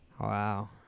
Wow